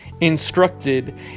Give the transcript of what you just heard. instructed